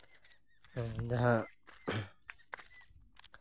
ᱡᱟᱦᱟᱸ